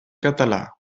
català